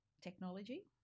technology